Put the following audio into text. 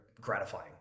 gratifying